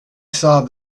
saw